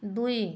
ଦୁଇ